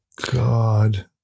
God